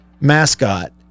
mascot